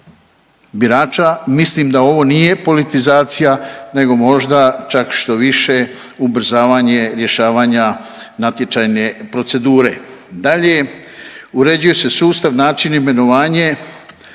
birača mislim da ovo nije politizacija nego možda čak štoviše ubrzavanje rješavanja natječajne procedure. Dalje, uređuje se sustav, način i imenovanje